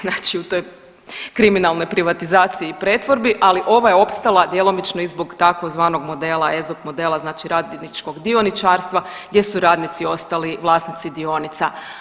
Znači u toj kriminalnoj privatizaciji i pretvorbi, ali ova je opstala djelomično i zbog tzv. modela Ezop modela znači radničkog dioničarstva gdje su radnici ostali vlasnici dionica.